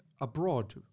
abroad